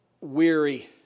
weary